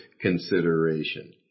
consideration